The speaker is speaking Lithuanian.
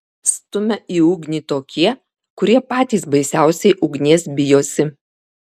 stumia į ugnį tokie kurie patys baisiausiai ugnies bijosi